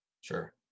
Sure